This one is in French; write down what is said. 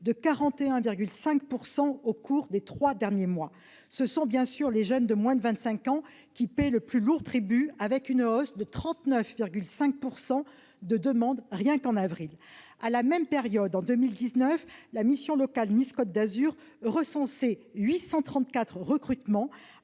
de 41,5 % au cours des trois derniers mois. Ce sont évidemment les jeunes de moins de 25 ans qui paient le plus lourd tribut, avec une hausse de 39,5 % de demandes rien qu'en avril. À la même période, en 2019, la mission locale Nice-Côte d'Azur recensait 834 recrutements,